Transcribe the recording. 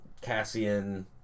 Cassian